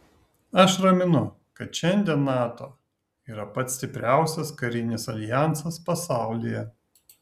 aš raminu kad šiandien nato yra pats stipriausias karinis aljansas pasaulyje